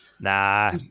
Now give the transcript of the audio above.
Nah